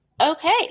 okay